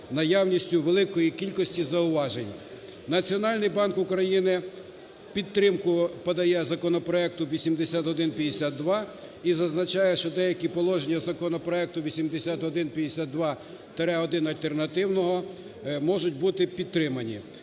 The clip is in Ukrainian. наявністю великої кількості зауважень. Національний банк України підтримку подає законопроекту 8152 і зазначає, що деякі положення законопроекту 8152-1 (альтернативного) можуть бути підтримані.